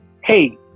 hey